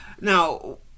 Now